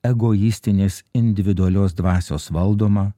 egoistinės individualios dvasios valdomą